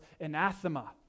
anathema